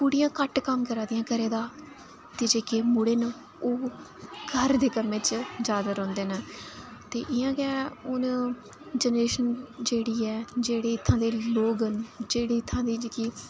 कुड़ियां घट्ट कम्म करा'दियां घरै दा ते जेह्के मुड़े न ओह् घर दे कम्मै च ज्यादा रौहंदे नै ते इ'यां गै हून जेनरेशन जेह्ड़ी ऐ जेह्ड़ी इत्थूं दे लोग न जेह्ड़ी इत्थूं दी जेह्की